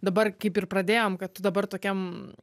dabar kaip ir pradėjom kad tu dabar tokiam